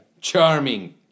Charming